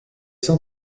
sans